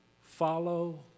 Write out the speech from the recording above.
follow